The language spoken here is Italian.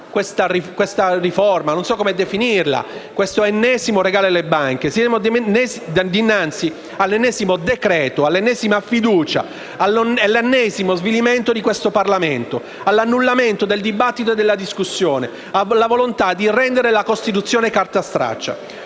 questa riforma, che non so come definire se non come un ennesimo regalo alle banche. Siamo dinanzi all'ennesimo decreto-legge, all'ennesima fiducia, all'ennesimo svilimento del Parlamento, all'annullamento del dibattito e della discussione, alla volontà di rendere la Costituzione carta straccia.